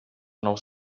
nous